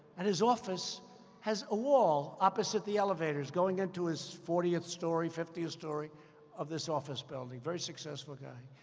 and his office has a wall, opposite the elevators, going into his fortieth story, fiftieth story of this office building. very successful guy.